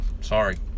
Sorry